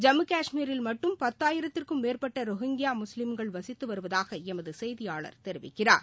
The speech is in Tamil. ஜம்மு காஷ்மீரில் மட்டும் பத்தாயிரத்திற்கும் மேற்பட்ட ரோஹிங்கியா முஸ்லீம்கள் வசித்து வருவதாக எமது செய்தியாளர் தெரிவிக்கிறார்